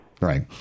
Right